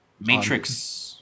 Matrix